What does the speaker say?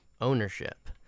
ownership